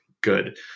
good